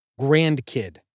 grandkid